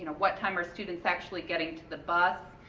what time are students actually getting to the bus?